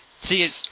see